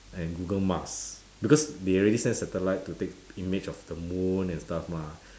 and google mars because they already sent satellite to take image of the moon and stuff mah